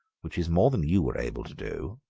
which was more than you were able to do.